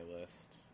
list